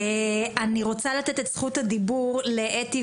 אני רוצה לתת את זכות הדיבור לאתי